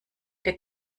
der